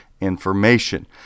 information